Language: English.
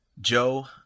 Joe